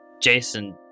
Jason